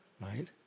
right